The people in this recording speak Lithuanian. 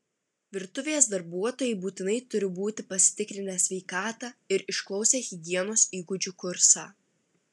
virtuvės darbuotojai būtinai turi būti pasitikrinę sveikatą ir išklausę higienos įgūdžių kursą